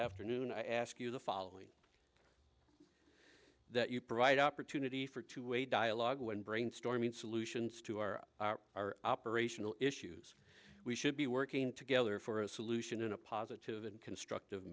afternoon i ask you the following that you provide opportunity for two way dialogue when brainstorming solutions to our operational issues we should be working together for a solution in a positive and constructive